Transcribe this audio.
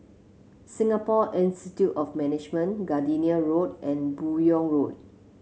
Singapore Institute of Management Gardenia Road and Buyong Road